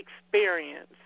experience